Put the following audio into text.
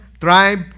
tribe